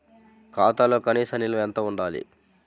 ఖాతాలో కనీస నిల్వ ఎంత ఉండాలి?